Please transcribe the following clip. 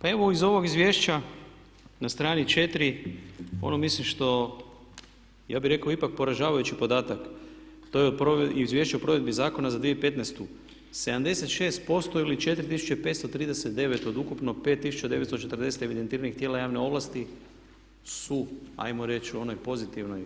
Pa evo iz ovog izvješća na strani 4. ono mislim što, ja bih rekao ipak poražavajući podatak to je Izvješće o provedbi Zakona za 2015., 76% ili 4539 od ukupno 5940 evidentiranih tijela javne ovlasti su ajmo reći u onoj pozitivnoj